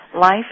life